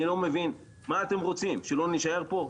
אני לא מבין מה אתם רוצים שלא נישאר פה?